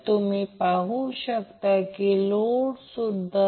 तर या लाईन मधून जाणाऱ्या करंटला आपण लाइन करंट म्हणतो